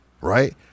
Right